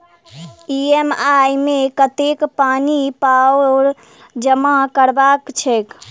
EMI मे कतेक पानि आओर जमा करबाक छैक?